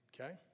Okay